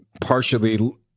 partially